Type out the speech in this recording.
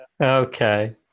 Okay